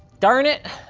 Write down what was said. darn it,